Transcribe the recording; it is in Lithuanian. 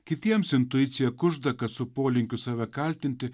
kitiems intuicija kužda kad su polinkiu save kaltinti